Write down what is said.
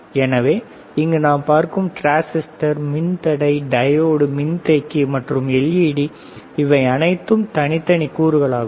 எனவே இங்கு நாம் பார்க்கும் டிரான்ஸிஸ்டர் மின்தடை டயோடு மின்தேக்கி மற்றும் எல்இடி இவை அனைத்தும் தனித்தனி கூறுகளாகும்